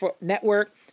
network